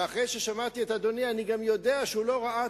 ואחרי ששמעתי את אדוני אני גם יודע שהוא לא ראה,